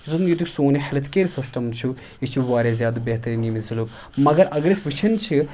یُس زَن ییٚتیُٚک سون یہِ ہٮ۪لٕتھ کیر سِسٹَم چھُ یہِ چھُ واریاہ زیادٕ بہتریٖن ییٚمہِ سٔلوک مگر اگر أسۍ وُچھان چھِ